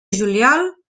juliol